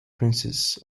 princess